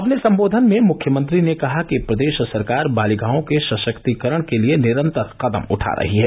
अपने संबोधन में मुख्यमंत्री ने कहा कि प्रदेश सरकार बालिकाओं के सशक्तीकरण के लिए निरन्तर कदम उठा रही है